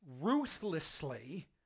ruthlessly